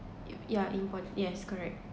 yeah import~ yes correct